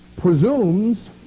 presumes